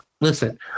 listen